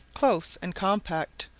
close and compact,